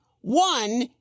One